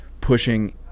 pushing